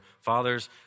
fathers